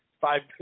five